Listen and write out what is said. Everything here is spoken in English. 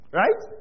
right